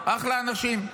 אחלה אנשים.